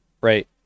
right